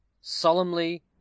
solemnly